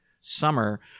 summer